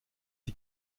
die